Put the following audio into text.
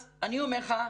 אני אומר לך,